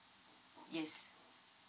yes